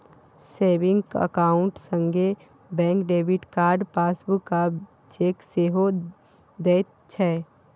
saving account संगे bank debit card, passbook आ cheque सेहो दैत छै